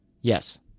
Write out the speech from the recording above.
Yes